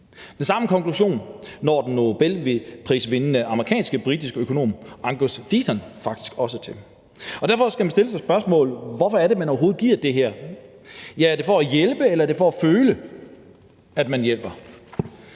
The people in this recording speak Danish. Den samme konklusion når den nobelprisvindende amerikansk-britiske økonom Angus Deaton faktisk også til. Derfor skal man stille sig spørgsmålet: Hvorfor er det, man overhovedet giver det her? Er det for at hjælpe, eller er det for at føle, at man hjælper?